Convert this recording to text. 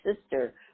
sister